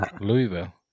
Louisville